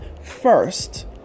first